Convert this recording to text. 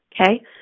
okay